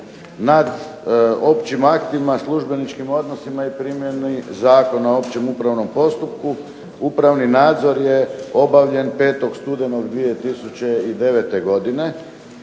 nad općim aktima, službeničkim odnosima i primjeni Zakona o općem upravnom postupku. Upravni nadzor je obavljen 5. studenog 2009. godine,